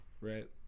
Right